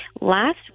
last